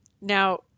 Now